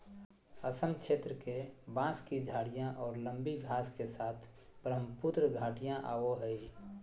असम क्षेत्र के, बांस की झाडियाँ और लंबी घास के साथ ब्रहमपुत्र घाटियाँ आवो हइ